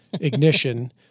ignition